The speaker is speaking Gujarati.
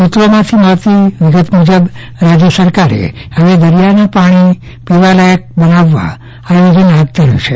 સુત્રોમાંથી મળતી વિગત મુજબ રાજ્ય સરકારે હવે દરિયાના પાણીને પીવાલાયક બનાવવા આયોજન હાથ ધર્યું છે